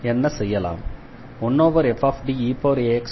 என்ன செய்யலாம்